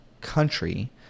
country